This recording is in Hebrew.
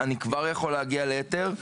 אני כבר יכול להגיע להיתר.